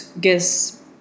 guess